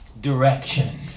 direction